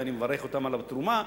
ואני מברך אותם על התרומה,